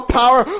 power